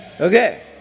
Okay